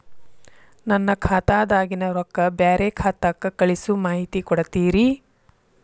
ನನ್ನ ಖಾತಾದಾಗಿನ ರೊಕ್ಕ ಬ್ಯಾರೆ ಖಾತಾಕ್ಕ ಕಳಿಸು ಮಾಹಿತಿ ಕೊಡತೇರಿ?